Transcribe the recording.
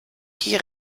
die